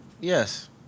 Yes